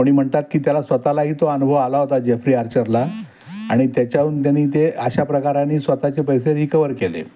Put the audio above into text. कोणी म्हणतात की त्याला स्वतःलाही तो अनुभव आला होता जेफ्री आर्चरला आणि त्याच्याहून त्याने ते अशा प्रकाराने स्वतःचे पैसे रीकव्हर केले